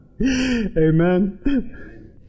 Amen